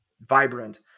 vibrant